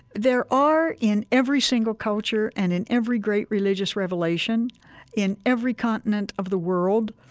there are, in every single culture and in every great religious revelation in every continent of the world,